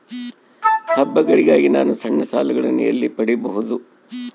ಹಬ್ಬಗಳಿಗಾಗಿ ನಾನು ಸಣ್ಣ ಸಾಲಗಳನ್ನು ಎಲ್ಲಿ ಪಡಿಬಹುದು?